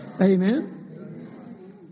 Amen